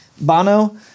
bono